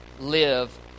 live